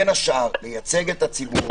בין השאר, לייצג את הציבור,